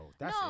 No